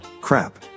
crap